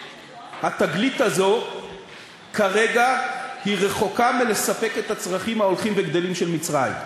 התגלית הזאת כרגע רחוקה מלספק את הצרכים ההולכים וגדלים של מצרים.